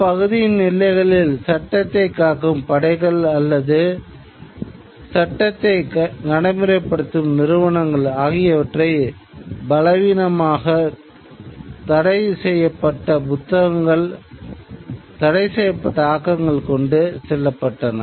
அப்பகுதியின் எல்லைகளில் சட்டத்தைக் காக்கும் படைகள் மற்றும் சட்டத்தை நடைமுறைப்படுத்தும் நிறுவனங்கள் ஆகியவற்றை பலவீனமாக்க தடைசெய்யப்பட்ட புத்தகங்கள் தடைசெய்யப்பட்ட ஆக்கங்கள் கொண்டு செல்லப்பட்டன